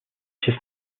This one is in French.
pièce